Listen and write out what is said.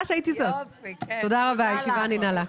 תודה רבה, הישיבה ננעלה.